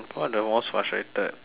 what the most frustrated